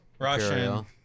Russian